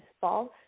false